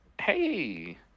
Hey